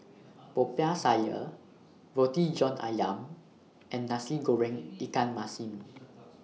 Popiah Sayur Roti John Ayam and Nasi Goreng Ikan Masin